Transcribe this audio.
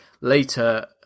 later